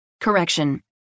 Correction